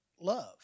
love